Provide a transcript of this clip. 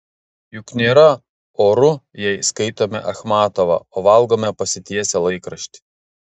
juk nėra oru jei skaitome achmatovą o valgome pasitiesę laikraštį